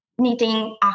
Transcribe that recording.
needing